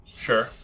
Sure